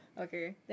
Okay